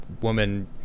woman